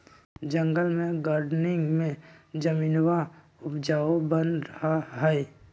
जंगल में गार्डनिंग में जमीनवा उपजाऊ बन रहा हई